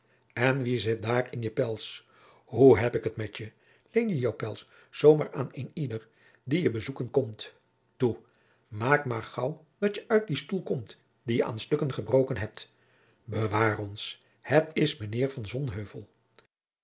en wie zit daar in je pels hoe heb ik het met je leen je jou pels zoo maar aan iedereen die je bezoeken komt toe maak maar gaauw dat je uit dien stoel komt dien je aan stukken gebroken hebt bewaar ons het is mijnheer